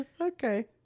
Okay